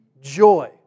joy